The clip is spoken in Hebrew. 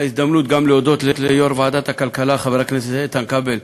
זו הזדמנות גם להודות ליו"ר ועדת הכלכלה חבר הכנסת איתן כבל,